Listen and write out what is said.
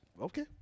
Okay